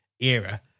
era